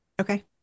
okay